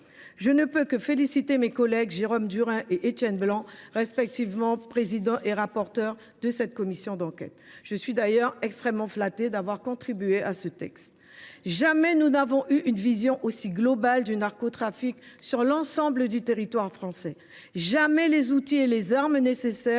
Je ne peux que féliciter mes collègues Jérôme Durain et Étienne Blanc, respectivement président et rapporteur. Je suis d’ailleurs extrêmement flattée d’avoir contribué à cette entreprise. Jamais nous n’avons eu une vision aussi globale du narcotrafic sur l’ensemble du territoire français. Jamais les outils et les armes nécessaires